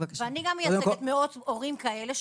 גם אני מייצגת מאות הורים כאלה,